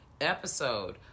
episode